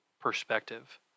perspective